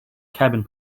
cabin